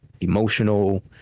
emotional